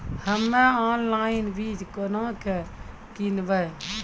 हम्मे ऑनलाइन बीज केना के किनयैय?